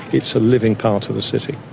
it's a living part of the city.